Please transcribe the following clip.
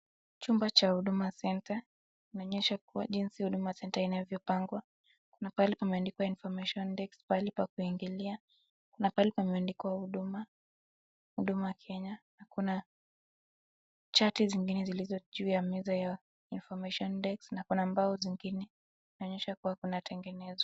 Chumba cha Huduma Centre . Inaonyesha kuwa jinsi Huduma Centre inavyopangwa. Kuna pale pameandikwa 'Information Desk' pale pakuingilia. Kuna pale pameandikwa 'Huduma', 'Huduma Kenya'. Kuna chati zingine zilizo juu ya meza ya 'Information Desk' na kuna mbao zingine inaonyesha kuwa kuna tengenezo.